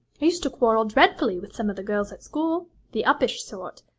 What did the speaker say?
i used to quarrel dreadfully with some of the girls at school the uppish sort.